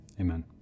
amen